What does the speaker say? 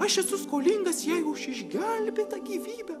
aš esu skolingas jai už išgelbėtą gyvybę